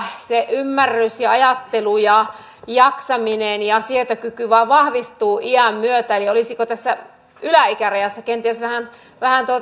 se ymmärrys ja ajattelu ja jaksaminen ja sietokyky vain vahvistuvat iän myötä eli olisiko tässä yläikärajassa kenties vähän vähän